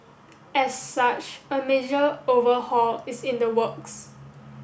as such a major overhaul is in the works